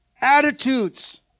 attitudes